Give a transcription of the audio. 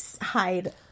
hide